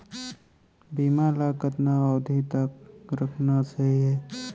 बीमा ल कतना अवधि तक रखना सही हे?